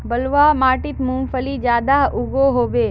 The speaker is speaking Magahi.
बलवाह माटित मूंगफली ज्यादा उगो होबे?